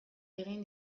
egin